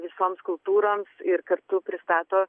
visoms kultūroms ir kartu pristato